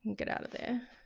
get out of there.